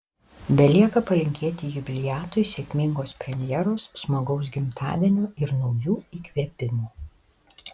belieka palinkėti jubiliatui sėkmingos premjeros smagaus gimtadienio ir naujų įkvėpimų